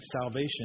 salvation